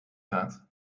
gaat